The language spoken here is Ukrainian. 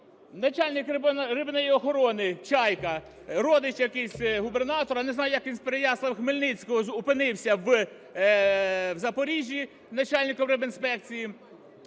Начальник рибної охорони Чайка, родич якийсь губернатора, не знаю, як він з Переяслав-Хмельницького опинився в Запоріжжі з начальником рибінспекції,